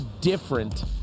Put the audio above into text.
different